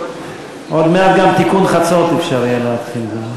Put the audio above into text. עוד מעט גם תיקון חצות אפשר יהיה להתחיל.